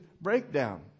breakdown